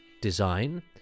design